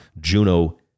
Juno